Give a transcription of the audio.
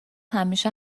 همیشه